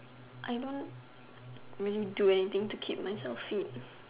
I don't really do anything to keep myself fit